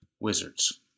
wizards